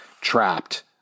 trapped